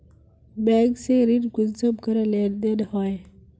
Bank से ऋण कुंसम करे लेन देन होए?